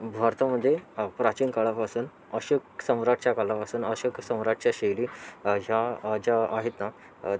भारतामध्ये प्राचीन काळापासून अशोक सम्राटच्या काळापासून अशोक सम्राटच्या शैली ह्या ज्या आहेत ना